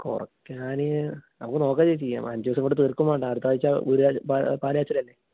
കൊറക്കാന് നമുക്ക് നോക്കാം ചേച്ചി അഞ്ച് ദിവസം കൊണ്ട് തീർക്കും വേണ്ടെ അടുത്താഴ്ച വീടിൻ്റ പാൽ പാൽ കാച്ചൽ അല്ലെ